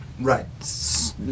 right